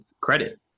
credit